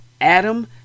Adam